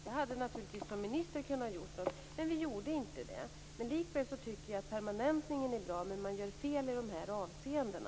Jag hade naturligtvis som minister kunnat göra något, men vi gjorde inte det. Likväl tycker jag att permanentningen är bra. Men man gör fel i de här avseendena.